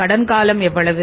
கடன் காலம் எவ்வளவு